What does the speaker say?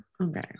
okay